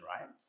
right